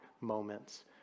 moments